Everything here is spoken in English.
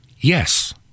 Yes